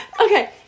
Okay